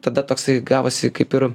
tada toksai gavosi kaip ir